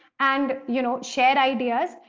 and you know share ideas,